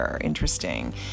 interesting